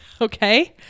Okay